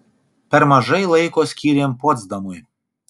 per mažai laiko skyrėm potsdamui